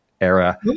era